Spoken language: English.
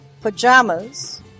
pajamas